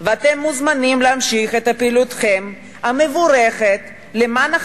ואתם מוזמנים להמשיך את פעילותכם המבורכת למען ה"חמאס",